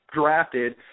drafted